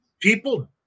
People